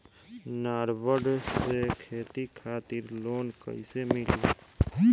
नाबार्ड से खेती खातिर लोन कइसे मिली?